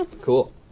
Cool